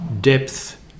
depth